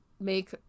make